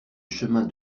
chemin